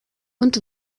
und